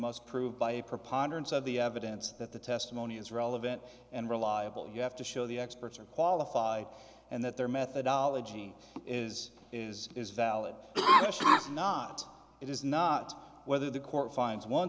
must prove by a preponderance of the evidence that the testimony is relevant and reliable you have to show the experts are qualified and that their methodology is is is valid question is not it is not whether the court finds one